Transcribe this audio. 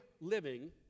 living